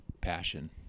passion